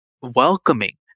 welcoming